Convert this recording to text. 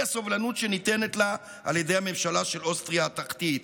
הסובלנות שניתנת לה על ידי הממשלה של אוסטריה התחתית".